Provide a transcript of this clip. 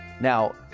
Now